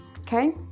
Okay